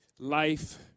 life